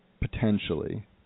potentially